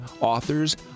authors